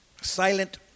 Silent